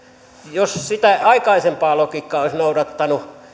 jos sitä aikaisempaa logiikkaa olisi noudattanut